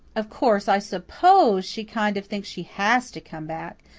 of course, i suppose she kind of thinks she has to come back,